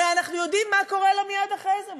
הרי אנחנו יודעים מה קורה לו מייד אחרי זה.